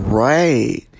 Right